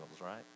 right